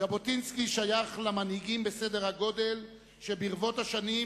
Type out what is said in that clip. ז'בוטינסקי שייך למנהיגים בסדר הגודל שברבות השנים